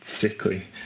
sickly